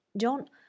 John